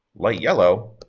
light yellow,